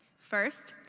first,